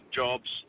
jobs